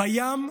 בים,